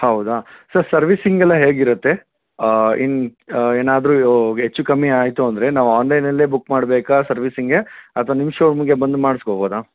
ಹೌದಾ sir servicing ಎಲ್ಲ ಹೇಗಿರುತ್ತೆ ಇನ್ನು ಏನಾದರು ಹೆಚ್ಚು ಕಮ್ಮಿ ಆಯಿತು ಅಂದರೆ ನಾವು ಆನ್ಲೈನಲ್ಲೆ ಬುಕ್ ಮಾಡಬೇಕಾ ಸರ್ವಿಸಿಂಗೆ ಅಥವಾ ನಿಮ್ಮ ಶೋ ರೂಮಿಗೆ ಬಂದು ಮಾಡಿಸ್ಕೊಬೋದ